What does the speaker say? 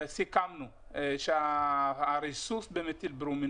סיכמנו שהריסוס במתיל ברומיד,